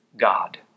God